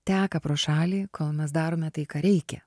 teka pro šalį kol mes darome tai ką reikia